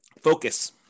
Focus